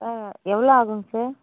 sir எவ்வளோ ஆகுதுங்க sir